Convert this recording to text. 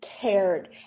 cared